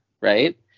right